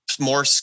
more